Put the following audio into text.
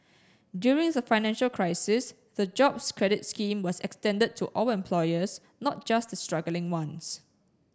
during the financial crisis the Jobs Credit scheme was extended to all employers not just the struggling ones